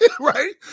right